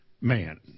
man